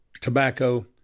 tobacco